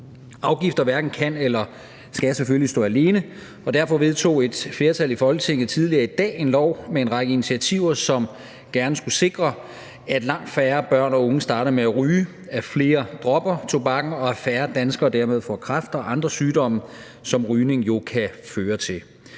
Afgifter hverken kan eller skal selvfølgelig stå alene, og derfor vedtog et flertal i Folketinget tidligere i dag en lov med en række initiativer, som gerne skulle sikre, at langt færre børn og unge starter med at ryge, at flere dropper tobakken, og at færre danskere dermed får kræft og andre sygdomme, som rygning jo kan føre til.